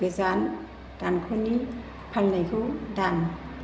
गोजान दानख'नि फाननैखौ दान